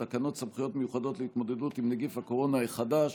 תקנות סמכויות מיוחדות להתמודדות עם נגיף הקורונה החדש